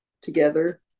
together